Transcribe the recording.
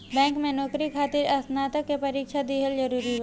Bank में नौकरी खातिर स्नातक के परीक्षा दिहल जरूरी बा?